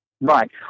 Right